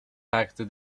packed